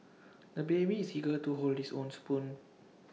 the baby is eager to hold his own spoon